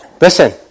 Listen